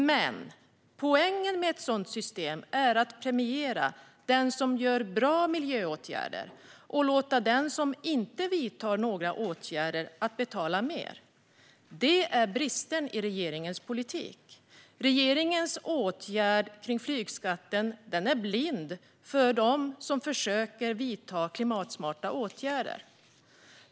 Men poängen med ett sådant system är att premiera den som vidtar bra miljöåtgärder och att låta den som inte vidtar några åtgärder betala mer. Detta är bristen i regeringens politik. Regeringens åtgärder i fråga om flygskatten är blinda för dem som försöker att vidta klimatsmarta åtgärder.